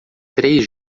três